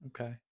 okay